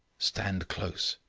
stand close,